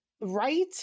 right